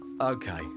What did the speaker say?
Okay